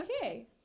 Okay